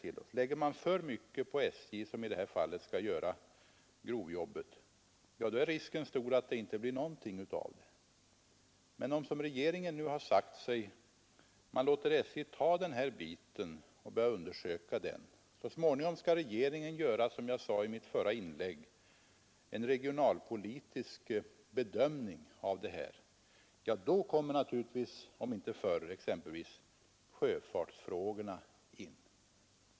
Men om vi lägger för mycket på SJ, som i detta fall skall göra grovjobbet, så är risken stor att det inte blir någonting av det hela. I regeringen har vi sagt oss, att om vi låter SJ ta denna del och undersöker den, så skall regeringen — vilket jag framhöll i mitt förra inlägg — göra en regionalpolitisk bedömning av de sakerna. Och då om inte förr kommer sjöfartsfrågorna in i bilden.